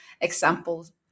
examples